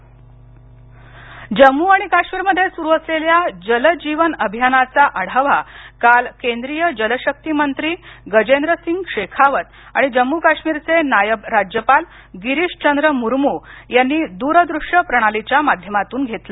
जल मिशन जम्मू आणि काश्मीर मध्ये सुरू असलेल्या जल जीवन अभियानाचा आढावा काल केंद्रीय जलशक्ती मंत्री गजेंद्र सिग शेखावत आणि जम्मू काश्मीरचे नायब राज्यपाल गिरीश चंद्र मुरमू यांनी दूरदूश्य प्राणलीच्या माध्यमातून घेतला